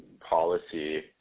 policy